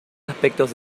aspectos